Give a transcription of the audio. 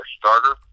starter